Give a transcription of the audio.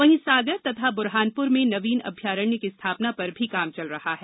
वहींसागर तथा ब्रहानप्र में नवीन अभ्यारण की स्थापना पर भी काम चल रहा है